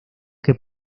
que